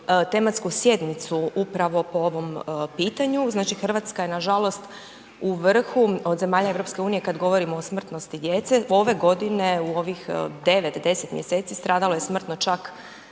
tematsku sjednicu upravo po ovom pitanju. Znači Hrvatska je nažalost u vrhu od zemalja EU kada govorimo o smrtnosti djece. Ove godine u ovih devet, deset mjeseci stradalo je smrtno čak